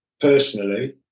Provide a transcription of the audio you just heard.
personally